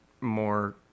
more